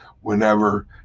Whenever